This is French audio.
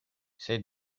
c’est